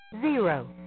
zero